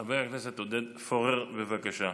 חבר הכנסת עודד פורר, בבקשה.